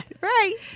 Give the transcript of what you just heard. Right